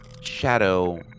shadow